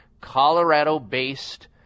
Colorado-based